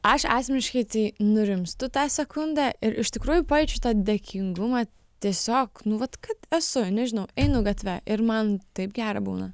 aš asmeniškai tai nurimstu tą sekundę ir iš tikrųjų pajaučiu tą dėkingumą tiesiog nu vat kad esu nežinau einu gatve ir man taip gera būna